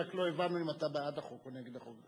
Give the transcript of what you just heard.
רק לא הבנו אם אתה בעד החוק או נגד החוק.